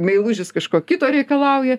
meilužis kažko kito reikalauja